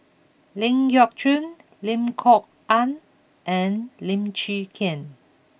Ling Geok Choon Lim Kok Ann and Lim Chwee Chian